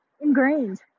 ingrained